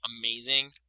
amazing